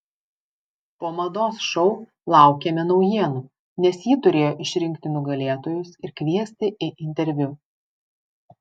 po mados šou laukėme naujienų nes ji turėjo išrinkti nugalėtojus ir kviesti į interviu